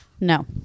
No